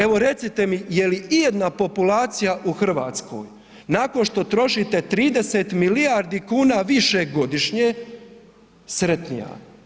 Evo recite mi je li ijedna populacija u Hrvatskoj nakon što trošite 30 milijardi kuna više godišnje sretnija?